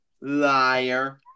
Liar